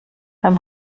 beim